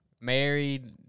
Married